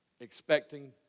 Expecting